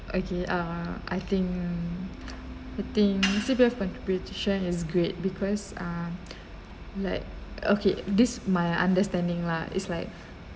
okay err I think I think C_P_F contribution is great because uh like okay this my understanding lah it's like